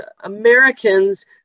Americans